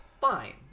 fine